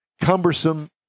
cumbersome